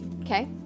Okay